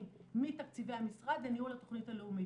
מתקציבי המשרד לניהול התכנית הלאומית.